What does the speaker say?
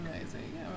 amazing